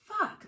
fuck